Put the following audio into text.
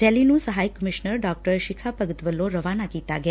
rally ਨੂੰ ਸਹਾਇਕ commissioner ਡਾ ਸ਼ਿਖਾ ਭਗਤ ਵੱਲੋਂ ਰਵਾਨਾ ਕੀਤਾ ਗਿਆ